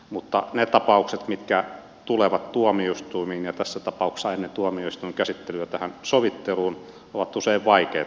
mutta ne tapaukset mitkä tulevat tuomioistuimiin ja tässä tapauksessa ennen tuomioistuinkäsittelyä tähän sovitteluun ovat usein vaikeita